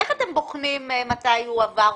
איך אתם בוחנים מתי הוא עבר?